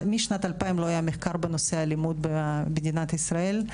משנת 2000 לא היה מחקר בנושא אלימות במדינת ישראל,